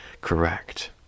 correct